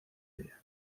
ella